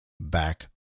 back